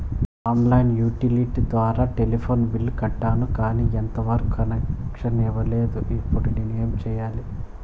On line utility ద్వారా telephone bill కట్టాను, కానీ ఎంత వరకు కనెక్షన్ ఇవ్వలేదు, ఇప్పుడు నేను ఏమి సెయ్యాలి?